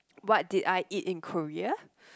what did I eat in Korea